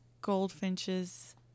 Goldfinches